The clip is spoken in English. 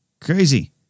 crazy